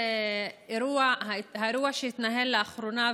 האירוע שהתנהל לאחרונה,